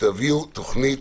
תביאו תוכנית